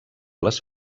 les